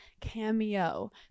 Cameo